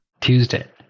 Tuesday